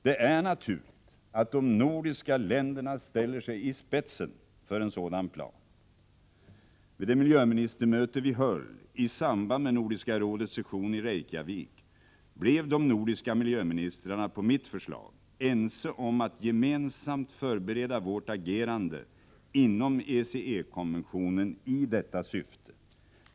Det är naturligt att de nordiska länderna ställer sig i spetsen för en sådan plan. Vid det miljöministermöte vi höll i samband med Nordiska rådets session i Reykjavik blev de nordiska miljöministrarna på mitt förslag ense om att gemensamt förbereda vårt agerande inom ECE-konventionen i detta syfte.